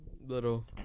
little